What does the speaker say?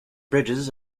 bridges